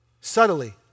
Subtly